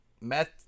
meth